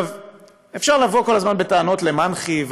אפשר לבוא כל הזמן בטענות למנח"י,